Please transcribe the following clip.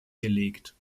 gelegt